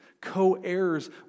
co-heirs